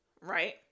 right